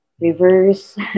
reverse